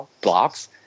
blocks